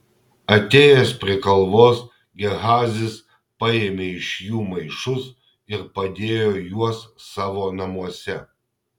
atėjęs prie kalvos gehazis paėmė iš jų maišus ir padėjo juos savo namuose